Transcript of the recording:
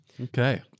Okay